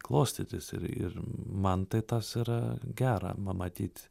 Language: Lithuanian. klostytis ir ir man tai tas yra gera pamatyt